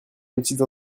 petites